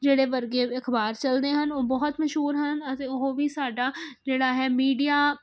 ਜਿਹੜੇ ਵਰਗੇ ਅਖ਼ਬਾਰ ਚਲਦੇ ਹਨ ਉਹ ਬਹੁਤ ਮਸ਼ਹੂਰ ਹਨ ਅਤੇ ਉਹ ਵੀ ਸਾਡਾ ਜਿਹੜਾ ਹੈ ਮੀਡੀਆ